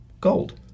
gold